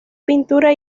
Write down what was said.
pintura